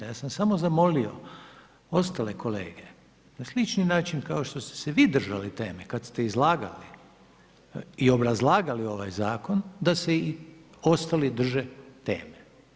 Ja sam samo zamolio ostale kolege na slični način kao što ste se vi držali tema kad ste izlagali i obrazlagali ovaj zakon, da se i ostali drže teme.